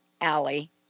Allie